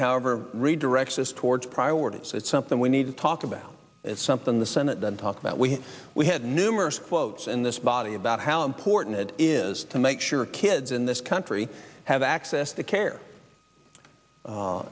however redirect this towards priorities so it's something we need to talk about something the senate doesn't talk about we we had numerous quotes in this body about how important it is to make sure kids in this country have access to care